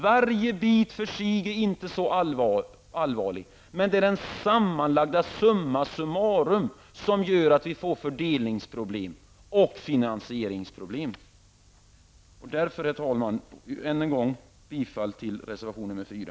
Varje bit för sig är inte så allvarlig, men det är den sammanlagda summa summarum som gör att vi får fördelningsproblem och finansieringsproblem. Jag vill därför, herr talman, än en gång yrka bifall till reservation nr 4.